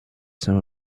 some